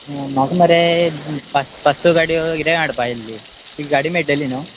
म्हाका मरे पांच स गाडयो किदें हाडपा आयल्ल्यो तुका गाडी मेळटली न्हू